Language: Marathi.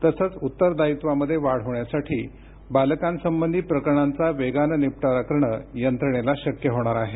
तसंच उत्तरदायित्वामध्ये वाढ होण्यासाठी बालकांसंबधी प्रकरणांचा वेगानं निपटारा करणं यंत्रणेला शक्य होणार आहे